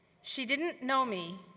she didn't know me,